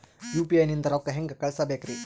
UPI ನಿಂದ ರೊಕ್ಕ ಹೆಂಗ ಕಳಸಬೇಕ್ರಿ?